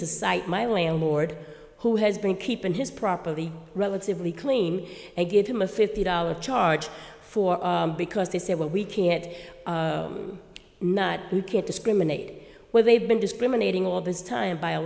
to cite my landlord who has been keeping his property relatively clean and gave him a fifty dollars charge for because they said well we can't not you can't discriminate where they've been discriminating all this time by a